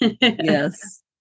Yes